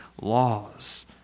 laws